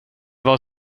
var